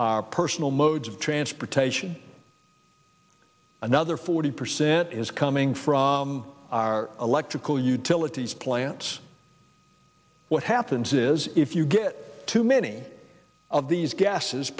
our personal modes of transportation another forty percent is coming from our electrical utilities plants what happens is if you get too many of these gases